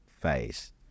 phase